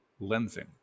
lensing